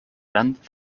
grant